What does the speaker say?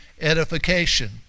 edification